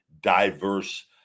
diverse